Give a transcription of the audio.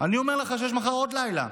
אני אומר לך שיש מחר עוד לילה.